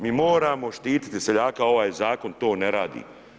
Mi moramo štiti seljaka, ovaj zakon to ne radi.